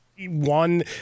one